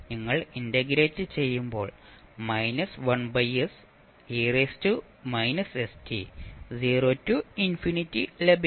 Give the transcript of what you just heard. നിങ്ങൾ ഇന്റഗ്രേറ്റ് ചെയ്യുമ്പോൾ ലഭിക്കും